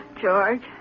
George